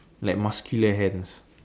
like muscular hands